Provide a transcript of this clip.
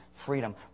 freedom